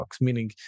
meaning